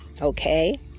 okay